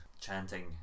chanting